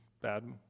bad